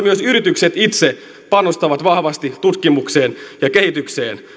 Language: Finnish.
myös yritykset itse panostavat vahvasti tutkimukseen ja kehitykseen